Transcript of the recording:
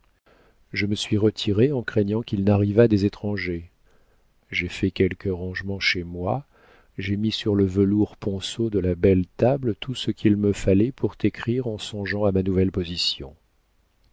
je me suis retirée en craignant qu'il n'arrivât des étrangers j'ai fait quelques rangements chez moi j'ai mis sur le velours ponceau de la belle table tout ce qu'il me fallait pour t'écrire en songeant à ma nouvelle position